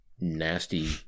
nasty